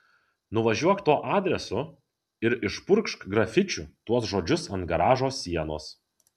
nuvažiuok tuo adresu ir išpurkšk grafičiu tuos žodžius ant garažo sienos